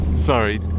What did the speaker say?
sorry